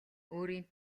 өөрийн